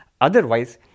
Otherwise